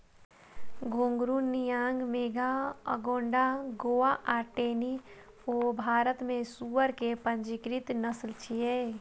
घूंघरू, नियांग मेघा, अगोंडा गोवा आ टेनी वो भारत मे सुअर के पंजीकृत नस्ल छियै